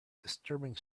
disturbing